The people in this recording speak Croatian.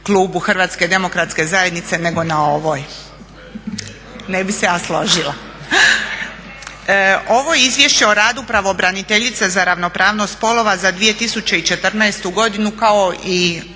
strani u klubu HDZ-a nego na ovoj. Ne bi se ja složila. Ovo izvješće o radu pravobraniteljice za ravnopravnost spolova za 2014.godinu kao i